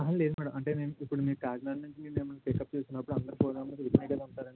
లేదు మ్యాడం అంటే నేను ఇప్పుడు కాకినాడ నుంచి నేను మిమ్మల్ని పికప్ చేసుకున్నప్పుడు అందరి ఫోన్ నెంబర్లు